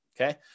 Okay